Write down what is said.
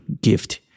gift